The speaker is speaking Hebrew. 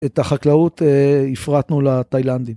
את החקלאות הפרטנו לתיילנדים.